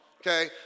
Okay